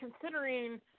considering